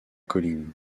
colline